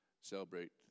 celebrate